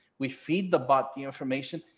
we feed the bot the information,